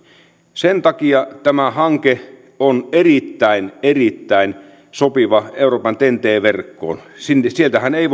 sen takia tämä hanke on erittäin erittäin sopiva euroopan ten t verkkoon sieltähän ei